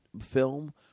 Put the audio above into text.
film